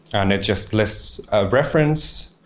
and it just lists reference,